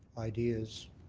ideas,